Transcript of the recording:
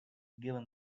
given